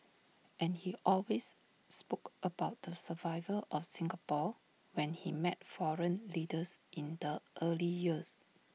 and he always spoke about the survival of Singapore when he met foreign leaders in the early years